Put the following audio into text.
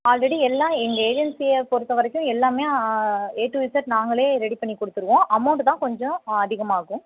already எல்லாம் எங்க ஏஜென்சியை பொறுத்த வரைக்கும் எல்லாமே ஏ டூ இசட் நாங்களே ரெடி பண்ணி கொடுத்துருவோம் அமௌண்ட்டு தான் கொஞ்சம் அதிகமாகும்